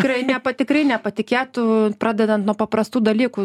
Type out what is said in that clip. tikrai nepati tikrai nepatikėtų pradedant nuo paprastų dalykų